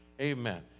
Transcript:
amen